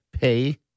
pay